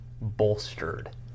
bolstered